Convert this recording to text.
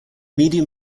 medium